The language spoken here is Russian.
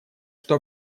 что